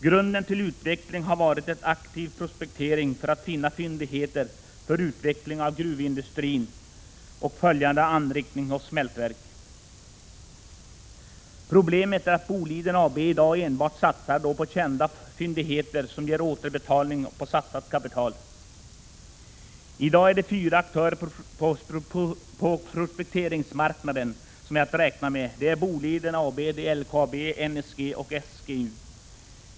Grunden till utvecklingen har varit en aktiv prospektering för att finna fyndigheter för utveckling av gruvindustrin och följande anrikningsoch smältverk. Problemet är att Boliden ABi dag enbart satsar på kända fyndigheter som ger återbetalning på satsat kapital. I dag finns det fyra aktörer som är att räkna med på prospekteringsmarknaden. Det är Boliden AB, LKAB, NSG och SGU.